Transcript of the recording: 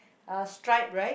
uh striped right